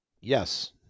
Yes